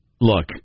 Look